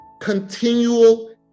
continual